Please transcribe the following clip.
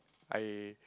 I